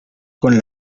con